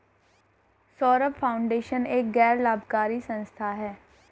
Saurabh foundation एक गैर लाभकारी संस्था है